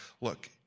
look